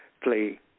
play